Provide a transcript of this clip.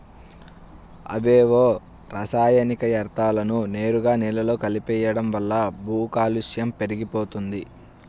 అవేవో రసాయనిక యర్థాలను నేరుగా నేలలో కలిపెయ్యడం వల్ల భూకాలుష్యం పెరిగిపోతంది